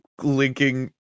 linking